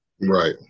Right